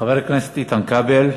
חבר הכנסת איתן כבל,